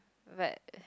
but